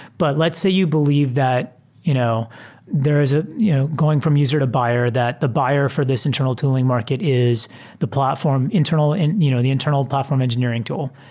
but let's say you believe that you know there is ah you know going from user to buyer that the buyer for this internal tool ing market is the platform internal, and you know the internal platform engineering tool.